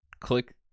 click